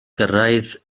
gyrraedd